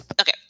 Okay